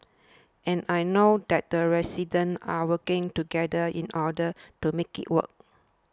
and I know that the residents are working together in order to make it work